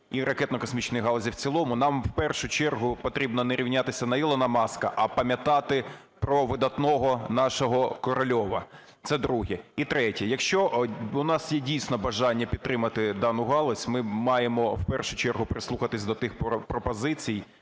і ракетно-космічної галузі в цілому, нам в першу чергу потрібно не рівнятися на Ілона Маска, а пам'ятати про видатного нашого Корольова. Це друге. І третє. Якщо у нас є, дійсно, бажання підтримати дану галузь, ми маємо в першу чергу прислухатись до тих пропозицій